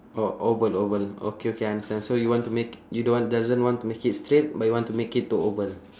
orh oval oval okay okay I understand so you want to make you don't want doesn't want to make it straight but you want to make it to oval